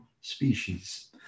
species